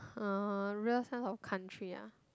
!huh! real sense of country uh